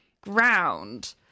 ground